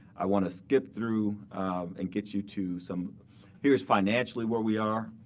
i want to skip through and get you to some here's financially where we are.